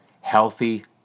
healthy